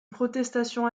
protestation